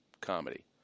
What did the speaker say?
comedy